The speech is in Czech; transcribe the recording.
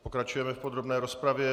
Pokračujeme v podrobné rozpravě.